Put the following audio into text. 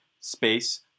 space